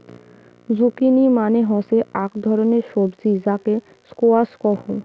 zucchini মানে হসে আক ধরণের সবজি যাকে স্কোয়াশ কহু